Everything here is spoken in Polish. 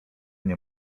nie